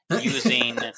using